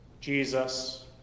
Jesus